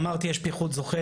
אמרתי, יש פיחות זוחל.